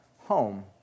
home